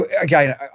Again